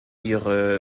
ihre